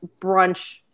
brunch